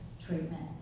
treatment